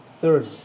Third